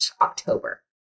october